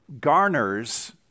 garners